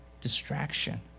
Distraction